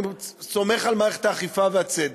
אני סומך על מערכת האכיפה והצדק.